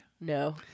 No